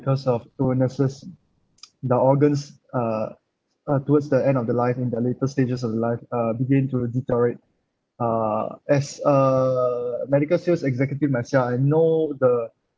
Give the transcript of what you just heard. because of illnesses the organs uh uh towards the end of the life in the later stages of the life uh begin to deteriorate uh as a medical sales executive myself I know the